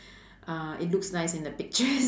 uh it looks nice in the pictures